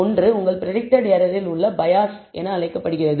ஒன்று உங்கள் பிரடிக்டட் எரரில் உள்ள பயாஸ் என்று அழைக்கப்படுகிறது